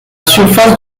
surface